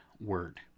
word